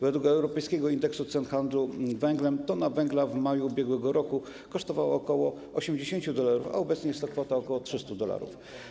Według europejskiego indeksu cen w handlu węglem tona węgla w maju ub.r. kosztowała ok. 80 dolarów, a obecnie jest to kwota ok. 300 dolarów.